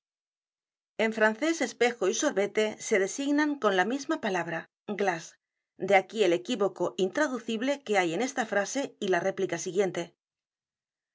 en francés espejo y sorbete se designan con la misma palabra glact de aquí el equivocó intraducibie que hay en esta frase y la réplica siguiente